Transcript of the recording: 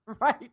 right